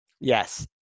Yes